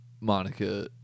Monica